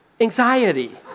anxiety